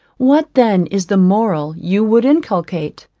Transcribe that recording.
what then is the moral you would inculcate?